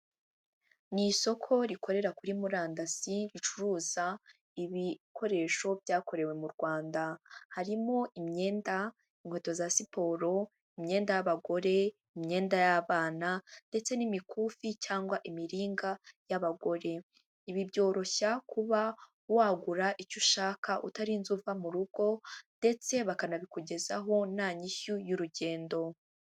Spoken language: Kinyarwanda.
Ni isoko rikorera kuri murandasi ricuruza ibikoresho byakorewe mu Rwanda, harimo imyenda, inkweto za siporo, imyenda y'abagore, imyenda y'abana ndetse n'imikufi cyangwa imiringa y'abagore, ibi byoroshya kuba wagura icyo ushaka utarinze uva mu rugo ndetse bakanabikugezaho nta nyishyu y'urugendo.